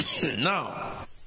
Now